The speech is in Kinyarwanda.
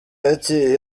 ati